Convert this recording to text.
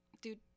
dude